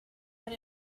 but